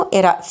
era